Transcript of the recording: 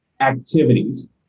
activities